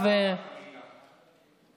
מרץ ועוד ארבע שנים.